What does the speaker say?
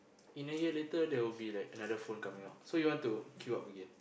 in a year later there will be like another phone coming out so you want to queue up again